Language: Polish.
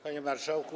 Panie Marszałku!